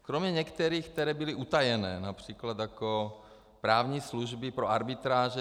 Kromě některých, které byly utajené, například jako právní služby pro arbitráže.